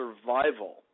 survival